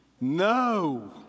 no